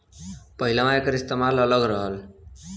पहिलवां एकर इस्तेमाल अलग रहल